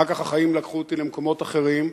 אחר כך החיים לקחו אותי למקומות אחרים,